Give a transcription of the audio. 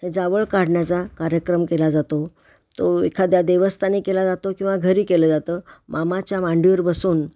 हे जावळ काढण्याचा कार्यक्रम केला जातो तो एखाद्या देवस्थानी केला जातो किंवा घरी केलं जातं मामाच्या मांडीवर बसून